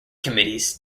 committees